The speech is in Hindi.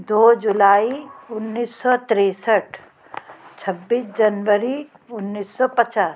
दो जुलाई उन्नीस सौ तिरसठ छब्बीस जनवरी उन्नीस सौ पचास